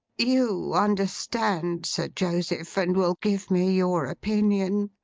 you understand sir joseph, and will give me your opinion.